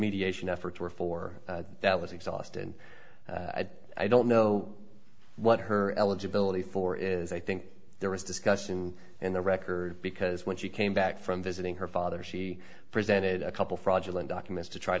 mediation efforts were for that was exhausted and i don't know what her eligibility for is i think there was discussion in the record because when she came back from visiting her father she presented a couple fraudulent documents to try